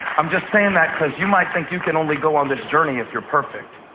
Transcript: i'm just saying that, because you might think you can only go on this journey if you're perfect.